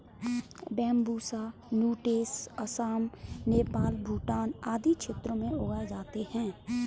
Bambusa nutans Assam, Nepal, Bhutan आदि क्षेत्रों में उगाए जाते है